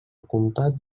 comtat